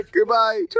Goodbye